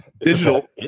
Digital